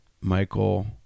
Michael